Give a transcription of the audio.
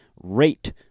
rate